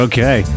Okay